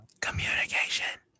Communication